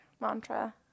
mantra